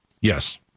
Yes